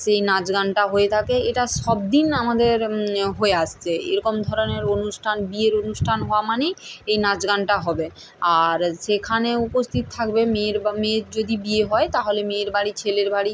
সেই নাচ গানটা হয়ে থাকে এটা সব দিন আমাদের হয়ে আসছে এরকম ধরনের অনুষ্ঠান বিয়ের অনুষ্ঠান হওয়া মানেই এই নাচ গানটা হবে আর সেখানে উপস্থিত থাকবে মেয়ের বা মেয়ের যদি বিয়ে হয় তাহলে মেয়ের বাড়ি ছেলের বাড়ি